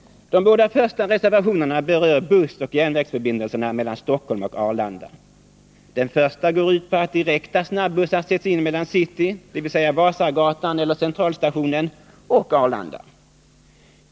De båda första reservationerna berör bussoch järnvägsförbindelserna mellan Stockholm och Arlanda. Den första går ut på att direkta snabbussar sätts in mellan city, dvs. Vasagatan eller centralstationen, och Arlanda.